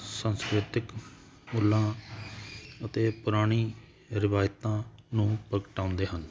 ਸੰਸਕ੍ਰਿਤਿਕ ਮੂਲਾਂ ਤੇ ਪੁਰਾਣੀ ਰਵਾਇਤਾਂ ਨੂੰ ਪ੍ਰਗਟਾਉਂਦੇ ਹਨ